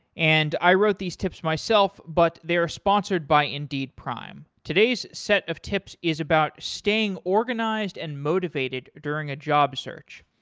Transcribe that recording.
and i wrote these tips myself but they are sponsored by indeed prime. today's set of tips is about staying organized and motivated during a job search.